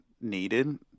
needed